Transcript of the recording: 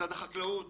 משרד החקלאות